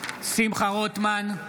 שמחה רוטמן,